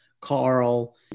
Carl